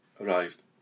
arrived